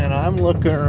and i'm looking